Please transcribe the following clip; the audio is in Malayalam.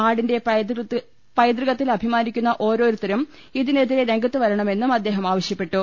നാടിന്റെ പൈതൃകത്തിൽ അഭിമാനിക്കുന്ന ഓരോരുത്തരും ഇതിനെതിരെ രംഗത്തുവരണമെന്നും അദ്ദേഹം ആവശ്യപ്പെട്ടു